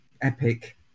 epic